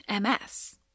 MS